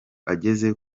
ageze